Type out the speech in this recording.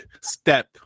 step